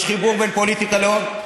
יש חיבור בין פוליטיקה להון.